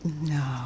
no